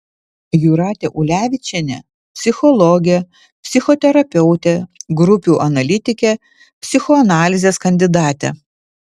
jūratė ulevičienė psichologė psichoterapeutė grupių analitikė psichoanalizės kandidatė